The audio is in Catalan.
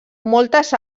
moltes